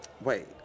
Wait